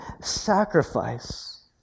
sacrifice